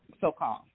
so-called